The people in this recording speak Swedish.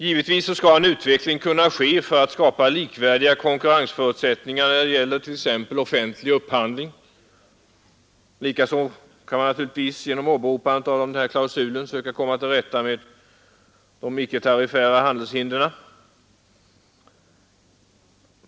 Givetvis skall en utveckling kunna ske för att skapa likvärdiga konkurrensförutsättningar när det gäller t.ex. offentlig upphandling. Likaså kan man söka komma till rätta med icke-tariffära handelshinder.